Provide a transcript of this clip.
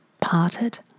parted